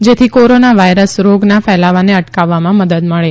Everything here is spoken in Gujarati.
જેથી કોરોના વાયરસ રોગના કેલાવાને અટકાવવામાં મદદ મળે